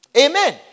Amen